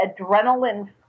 adrenaline